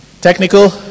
Technical